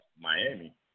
Miami